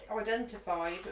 identified